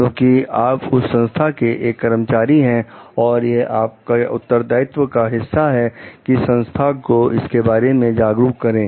क्योंकि आप उस संस्था के एक कर्मचारी हैं और यह आपकी उत्तरदायित्व का एक हिस्सा है कि संस्था को इसके बारे में जागरूक करें